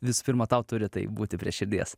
visų pirma tau turi tai būti prie širdies